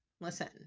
listen